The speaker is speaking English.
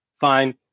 Fine